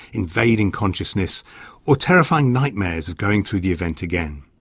invading consciousness or terrifying nightmares of going through the event again.